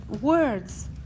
words